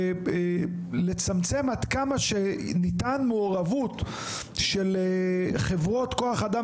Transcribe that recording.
ולצמצם עד כמה שניתן מעורבות של חברות כוח אדם